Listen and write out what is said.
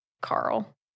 Carl